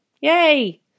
Yay